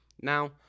Now